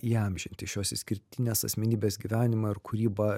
įamžinti šios išskirtinės asmenybės gyvenimą ir kūrybą